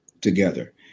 together